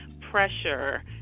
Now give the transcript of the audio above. pressure